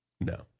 No